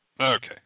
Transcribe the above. Okay